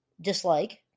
dislike